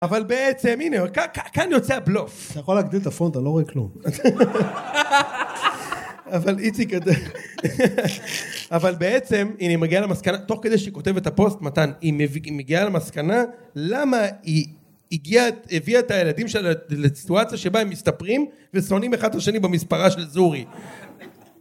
אבל בעצם, הנה, כאן יוצא הבלוף אתה יכול להגדיל את הפונט, אני לא רואה כלום אבל איציק... אבל בעצם, הנה, היא מגיעה למסקנה תוך כדי שהיא כותבת את הפוסט, מתן היא מגיעה למסקנה למה היא הגיעה, הביאה את הילדים שלה לסיטואציה שבה הם מסתפרים ושונאים אחד את השני במספרה של זורי